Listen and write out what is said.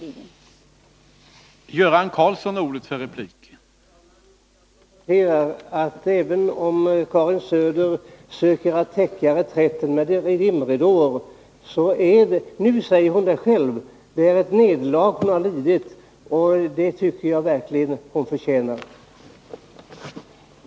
Tisdagen den